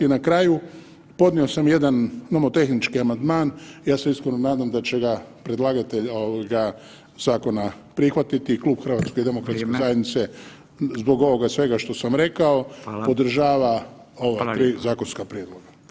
I na kraju podnio sam jedan nomotehnički amandman, ja se iskreno nadam da će ga predlagatelj ovoga zakona prihvatiti i Klub HDZ-a zbog ovoga [[Upadica: Vrijeme.]] svega što sam rekao podržava ova 3 zakonska prijedloga.